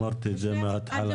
אמרת את זה בהתחלה.